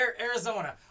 Arizona